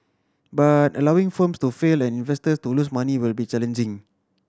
but allowing firms to fail and investors to lose money will be challenging